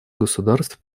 государств